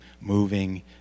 moving